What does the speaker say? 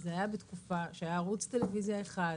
זה היה בתקופה שהיה ערוץ טלוויזיה אחד,